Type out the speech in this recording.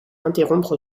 interrompre